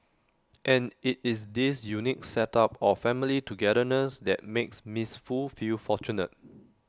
and IT is this unique set up of family togetherness that makes miss Foo feel fortunate